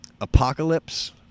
apocalypse